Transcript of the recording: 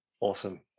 Awesome